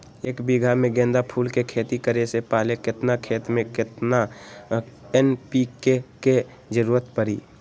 एक बीघा में गेंदा फूल के खेती करे से पहले केतना खेत में केतना एन.पी.के के जरूरत परी?